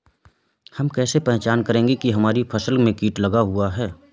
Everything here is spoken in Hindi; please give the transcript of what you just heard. हम कैसे पहचान करेंगे की हमारी फसल में कीट लगा हुआ है?